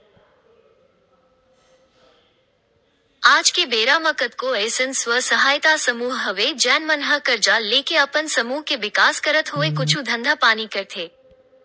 आज के बेरा म कतको अइसन स्व सहायता समूह हवय जेन मन ह करजा लेके अपन समूह के बिकास करत होय कुछु धंधा पानी करथे